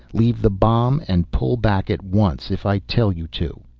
leave the bomb and pull back at once if i tell you to.